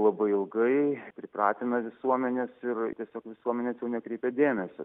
labai ilgai pripratina visuomenes ir tiesiog visuomenės jau nekreipia dėmesio